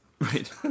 Right